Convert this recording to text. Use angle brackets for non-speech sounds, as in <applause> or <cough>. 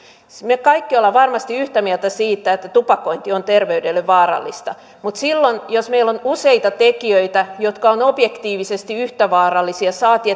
me kaikki olemme varmasti yhtä mieltä siitä että tupakointi on terveydelle vaarallista mutta silloin jos meillä on useita tekijöitä jotka ovat objektiivisesti yhtä vaarallisia saati <unintelligible>